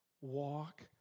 walk